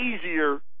easier